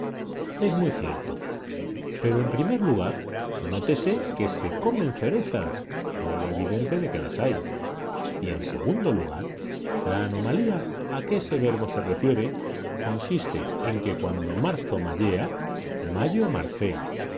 es muy cierto pero en primer lugar nótese que se comen cerezas prueba evidente de que las hay y en segundo lugar la anomalía a que ese proverbio se refiere consiste en que cuando marzo mayea mayo marcea